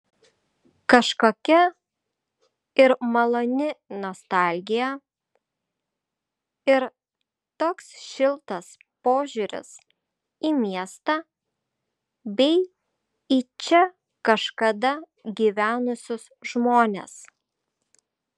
kažkokia ir maloni nostalgija ir toks šiltas požiūris į miestą bei į čia kažkada gyvenusius žmones